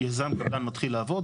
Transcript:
היזם קבלן מתחיל לעבוד,